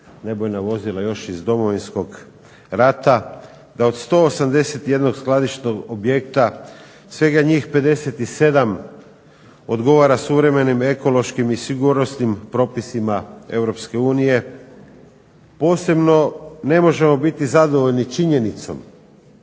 nebojna vozila još iz Domovinskog rada, da od 181 skladišnog objekta svega njih 57 odgovara suvremenim, ekološkim i sigurnosnim propisima Europske unije. Posebno ne možemo biti zadovoljni činjenicom